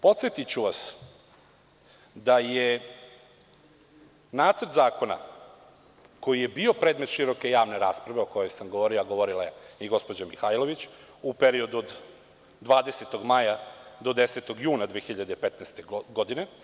Podsetiću vas da je nacrt zakona koji je bio predmet široke javne rasprave, o kojoj sam govorio, a govorila je i gospođa Mihajlović u periodu od 20. maja do 10. juna 2015. godine.